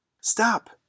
Stop